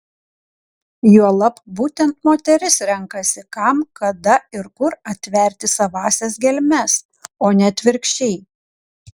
juolab būtent moteris renkasi kam kada ir kur atverti savąsias gelmes o ne atvirkščiai